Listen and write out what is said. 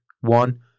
One